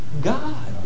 God